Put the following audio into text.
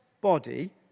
body